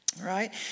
right